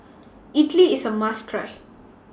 Idili IS A must Try